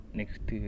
next